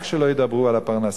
רק שלא ידברו על הפרנסה,